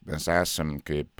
mes esam kaip